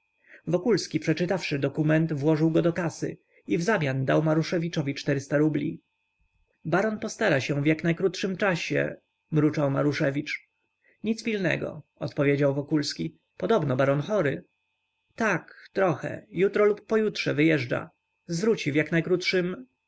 wokulski przeczytawszy dokument włożył go do kasy i wzamian dał maruszewiczowi czterysta rubli baron postara się w jak najkrótszym czasie mruczał maruszewicz nic pilnego odpowiedział wokulski podobno baron chory tak trochę jutro lub pojutrze wyjeżdża zwróci w jaknajkrótszym